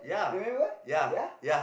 ya ya ya